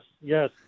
yes